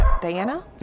Diana